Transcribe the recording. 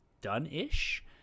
done-ish